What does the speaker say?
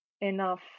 enough